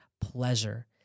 pleasure